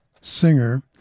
singer